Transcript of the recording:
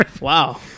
Wow